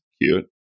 cute